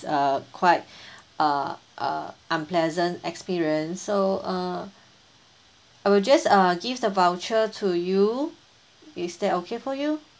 a quite uh a unpleasant experience so uh I will just uh give the voucher to you is that okay for you